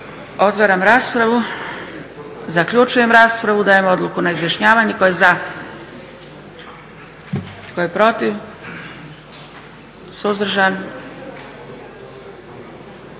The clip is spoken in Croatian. Otvaram raspravu. Zaključujem raspravu. Dajem prijedlog odluke na izjašnjavanje. Tko je za? Tko je protiv? Tko je suzdržan?